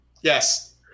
Yes